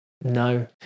No